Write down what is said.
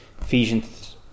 Ephesians